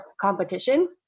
competition